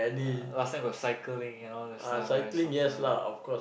ya lah last time got cycling and all that stuff right soccer